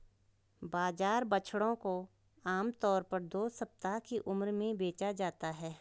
बाजार बछड़ों को आम तौर पर दो सप्ताह की उम्र में बेचा जाता है